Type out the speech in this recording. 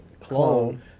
clone